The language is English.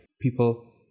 people